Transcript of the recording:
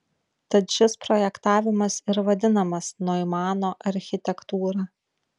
tad šis projektavimas ir vadinamas noimano architektūra